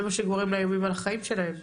זה מה שגורם לאיומים על החיים שלהם.